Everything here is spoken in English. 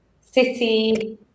City